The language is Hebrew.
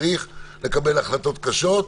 צריך לקבל החלטות קשות,